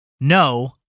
no